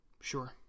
Sure